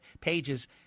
pages